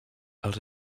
els